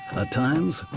times,